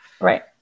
right